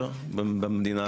לא, לא, דווקא פה אין שאלות.